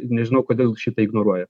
nežinau kodėl šitą ignoruoja